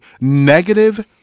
negative